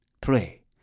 Pray